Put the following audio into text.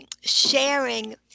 sharing